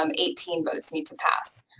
um eighteen votes need to pass.